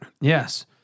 Yes